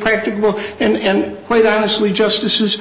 practicable and quite honestly justice is